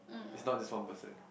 it's not just one person